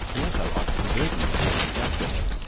and also of perverting the course of justice.